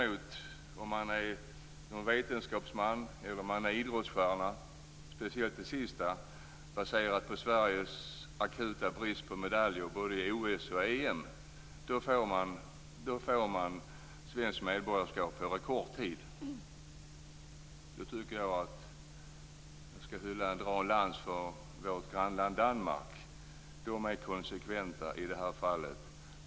Om man däremot är vetenskapsman eller idrottsstjärna - speciellt det sistnämnda, baserat på Sveriges akuta brister på medaljer i både OS och EM - får man inom en relativt kort tid svenskt medborgarskap. Jag tänker nu dra en lans för vårt grannland Danmark. Där är man konsekvent i det här fallet.